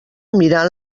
mirant